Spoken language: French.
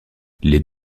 les